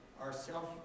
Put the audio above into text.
ourself